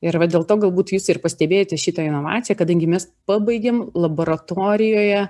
ir vat dėl to galbūt jis ir pastebėjote šitą inovaciją kadangi mes pabaigėm laboratorijoje